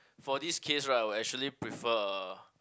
for this case right I would actually prefer a